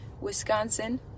Wisconsin